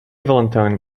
valentine